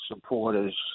supporters